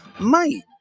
Mate